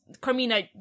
Carmina